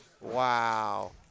Wow